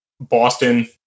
Boston